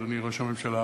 אדוני ראש הממשלה,